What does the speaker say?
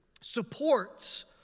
supports